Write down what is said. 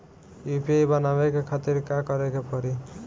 UPI बनावे के खातिर का करे के पड़ी?